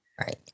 Right